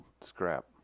scrap